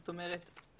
זאת אומרת,